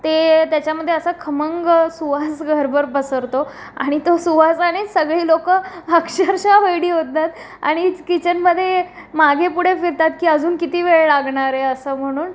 ते त्याच्यामदे असं खमंग सुवास घरभर पसरतो आणि तो सुवासाने सगळी लोक अक्षरशः वेडी होतात आणि ची किचनमध्ये मागेपुढे फिरतात की अजून किती वेळ लागणार आहे असं म्हणून